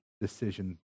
decision